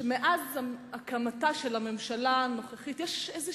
שמאז הקמתה של הממשלה הנוכחית יש איזו